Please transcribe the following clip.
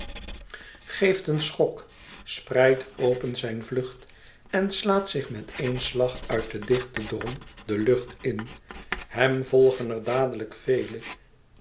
geeft een schok spreidt open zijn vlucht en slaat zich met louis couperus extaze een boek van geluk éen slag uit den dichten drom de lucht in hem volgen er dadelijk